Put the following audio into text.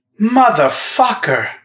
Motherfucker